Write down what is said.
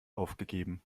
aufgegeben